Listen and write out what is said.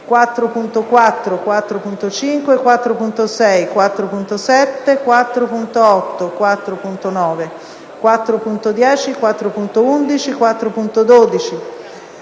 4.4, 4.5, 4.6, 4.7, 4.8, 4.9, 4.10, 4.11, 4.12,